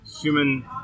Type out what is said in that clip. human